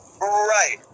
right